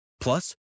plus